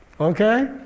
Okay